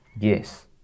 Yes